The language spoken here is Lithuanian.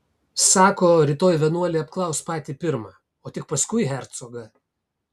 sako rytoj vienuolį apklaus patį pirmą o tik paskui hercogą